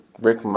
Rick